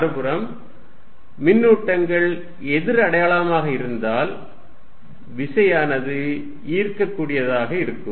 மறுபுறம் மின்னூட்டங்கள் எதிர் அடையாளமாக இருந்தால் விசையானது ஈர்க்கக் கூடியதாக இருக்கும்